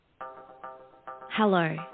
Hello